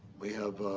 we have